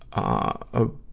a